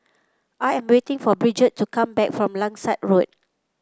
I am waiting for Bridgett to come back from Langsat Road